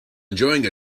enjoying